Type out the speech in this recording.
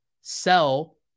sell